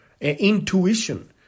intuition